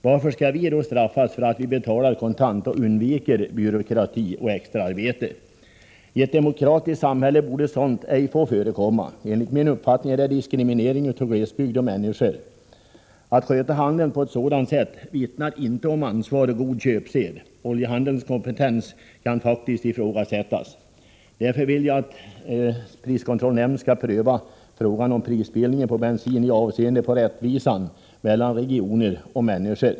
Varför skall vi straffas för att vi betalar kontant och undviker byråkrati och extra arbete? I ett demokratiskt samhälle borde sådant ej få förekomma. Enligt min uppfattning är det diskriminering av glesbygd och människorna där. Att sköta handeln på ett sådant sätt vittnar inte om ansvar och god köpsed. Oljehandelns kompetens kan faktiskt ifrågasättas. Därför vill jag att priskontrollnämnden skall pröva frågan om prisbildningen på bensin i avseende på rättvisan mellan regioner och människor.